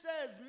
says